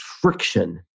friction